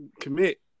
commit